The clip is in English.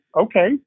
okay